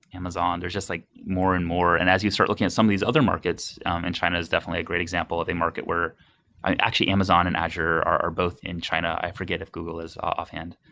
amazon. there just like more and more. and as you start looking at some of these other markets, and china is definitely a great example of a market where actually, amazon and azure are both in china. i forget if google is offhand.